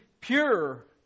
pure